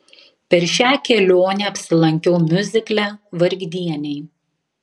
per šią kelionę apsilankiau miuzikle vargdieniai